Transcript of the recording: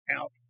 out